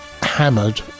hammered